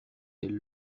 elle